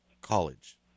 college